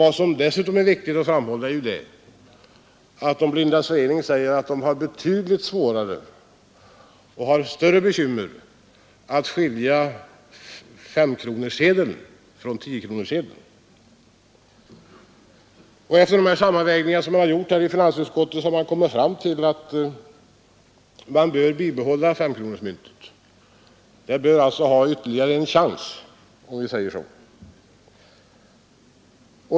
Vad som dessutom är viktigt att framhålla är att De blindas förening säger att det för dem är betydligt svårare att skilja femkronesedeln från tiokronesedeln. Efter de sammanvägningar som gjorts i finansutskottet har man kommit fram till att vi bör bibehålla femkronemyntet. Det bör alltså ha ytterligare en chans.